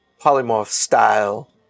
polymorph-style